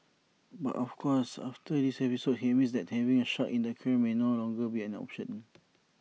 but of course after this episode he admits that having sharks in the aquarium may no longer be an option